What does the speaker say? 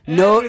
no